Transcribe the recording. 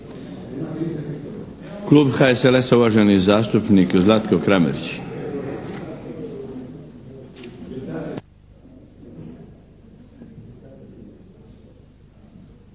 Klub HSLS-a, uvaženi zastupnik Zlatko Kramarić.